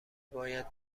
باید